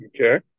Okay